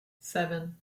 seven